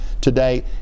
today